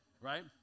Right